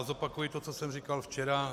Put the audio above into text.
Zopakuji to, co jsem říkal včera.